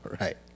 right